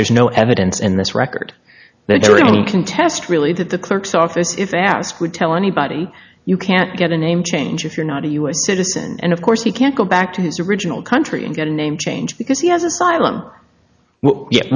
there is no evidence in this record that very many contest really that the clerk's office if asked would tell anybody you can't get a name change if you're not a u s citizen and of course he can't go back to his original country and get a name changed because he has